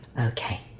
Okay